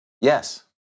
Yes